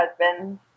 husband